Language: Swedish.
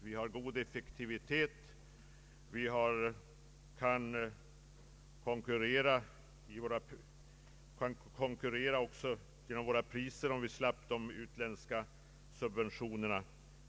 De är effektiva och kan trots internationellt sett högre produktionskostnader också konkurrera i fråga om priserna.